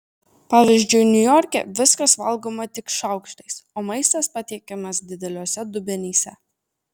pavyzdžiui niujorke viskas valgoma tik šaukštais o maistas patiekiamas dideliuose dubenyse